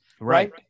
Right